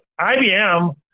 IBM